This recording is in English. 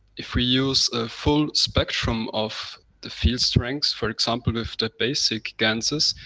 if we use a full spectrum of the field strength, for example, of the basic ganses,